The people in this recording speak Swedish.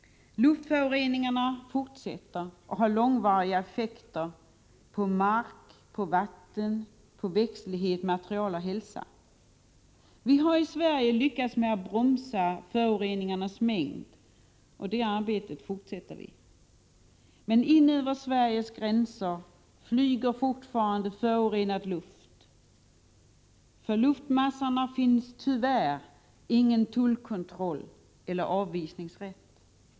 Luftföroreningarna fortsätter och har långvariga effekter på mark, vatten, växtlighet, material och hälsa. Vi har i Sverige lyckats med att bromsa föroreningarnas mängd, och det arbetet fortsätter. Men in över Sveriges gränser väller fortfarande förorenad luft. För luftmassorna finns tyvärr ingen tullkontroll eller avvisningsrätt.